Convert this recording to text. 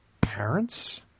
parents